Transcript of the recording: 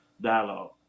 dialogue